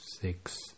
six